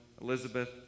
Elizabeth